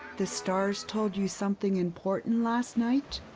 the stars told you something important last night?